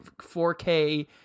4K